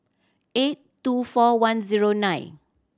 eight two four one zero nine